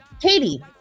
Katie